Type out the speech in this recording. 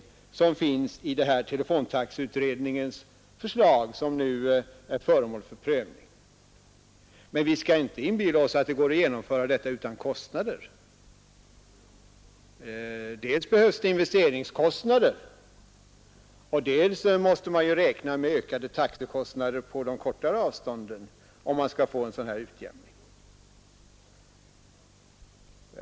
Detta telefontaxeutredningens förslag, som nu är föremål för prövning, innebär ett ganska stort steg framåt. Men vi skall inte inbilla oss att det går att genomföra detta utan kostnader. Dels blir det investeringskostnader, dels måste man räkna med ökade taxekostnader på de kortare avstånden, om man skall åstadkomma en utjämning.